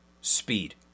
Speed